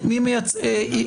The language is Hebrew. מי מייצג,